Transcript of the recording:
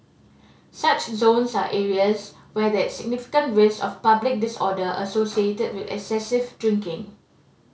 such zones are areas where there is significant risk of public disorder associated with excessive drinking